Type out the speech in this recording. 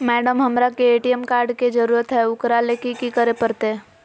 Madam, हमरा के ATM card के जरूरत है ऊकरा ले की की करे परते?